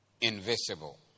invisible